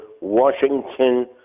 Washington